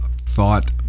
thought